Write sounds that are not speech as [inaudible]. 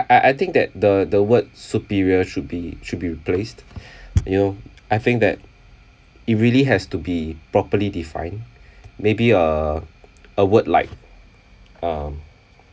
I I think that the the word superior should be should be replaced [breath] you know I think that it really has to be properly defined maybe a a word like um